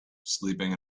sleeping